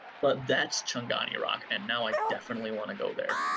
but that's chongoni rock, and now i definitely wanna go there.